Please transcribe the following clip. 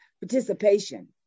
participation